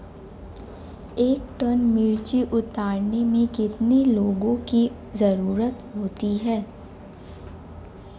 एक टन मिर्ची उतारने में कितने लोगों की ज़रुरत होती है?